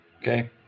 Okay